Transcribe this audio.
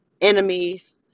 enemies